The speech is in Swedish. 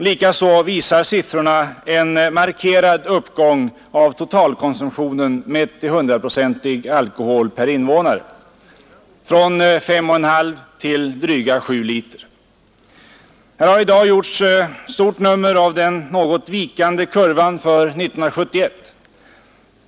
Likaså visar siffrorna en markerad uppgång av totalkonsumtionen mätt i 100-procentig alkohol per invånare: från 5 1/2 till dryga 7 liter. Här har i dag gjorts ett stort nummer av den något vikande kurvan för 1971.